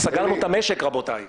סגרנו את המשק, רבותיי.